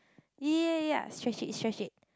ya ya ya stretch it stretch it